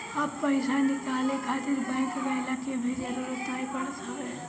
अब पईसा निकाले खातिर बैंक गइला के भी जरुरत नाइ पड़त हवे